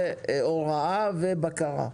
זה הוראה ובקרה.